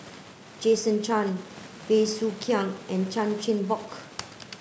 Jason Chan Bey Soo Khiang and Chan Chin Bock